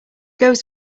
goes